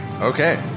Okay